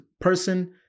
person